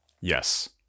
yes